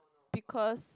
because